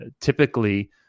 typically